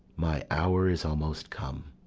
my hour is almost come,